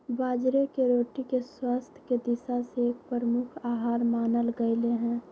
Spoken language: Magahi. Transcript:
बाजरे के रोटी के स्वास्थ्य के दिशा से एक प्रमुख आहार मानल गयले है